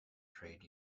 trade